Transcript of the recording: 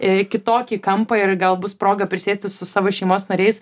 kitokį kampą ir gal bus proga prisėsti su savo šeimos nariais